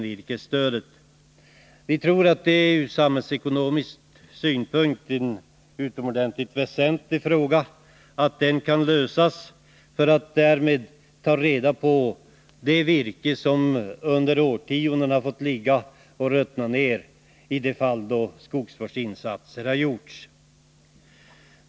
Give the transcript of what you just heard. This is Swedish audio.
Vi tror att det ur samhällsekonomisk synpunkt är utomordentligt väsentligt att man kan ta reda på det virke som annars under årtionden har fått ligga och ruttna ned i de fall då skogsvårdsinsatser ej gjorts.